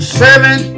seven